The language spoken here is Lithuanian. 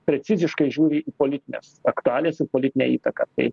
preciziškai žiūri į politines aktualijas ir politinę įtaką tai